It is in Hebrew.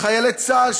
חיילי צה"ל,